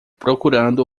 procurando